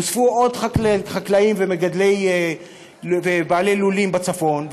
נוספו עוד חקלאים ובעלי לולים בצפון,